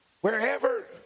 Wherever